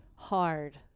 hard